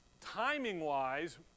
timing-wise